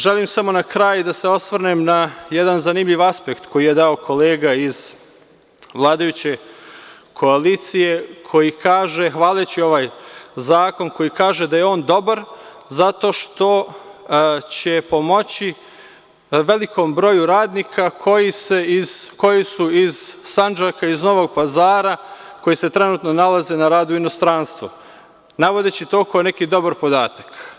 Želim samo na kraju da se osvrnem na jedan zanimljiv aspekt koji je dao kolega iz vladajuće koalicije koji kaže, hvaleći ovaj zakon, koji kaže da je on dobar zato što će pomoći velikom broju radnika koji su iz Sandžaka, iz Novog Pazara, koji se trenutno nalaze na radu u inostranstvu, navodeći to kao neki dobar podatak.